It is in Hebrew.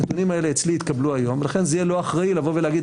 הנתונים האלה אצלי התקבלו היום ולכן זה יהיה לא אחראי לבוא ולהגיד: